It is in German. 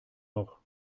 noch